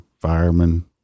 firemen